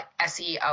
SEO